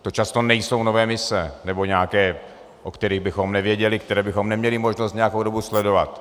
To často nejsou nové mise nebo nějaké, o kterých bychom nevěděli, které bychom neměli možnost nějakou dobu sledovat.